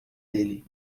dele